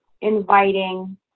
inviting